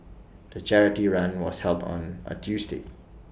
the charity run was held on A Tuesday